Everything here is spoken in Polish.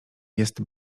jest